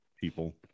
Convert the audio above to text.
people